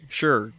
sure